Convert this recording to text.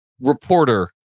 Reporter